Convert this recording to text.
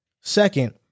Second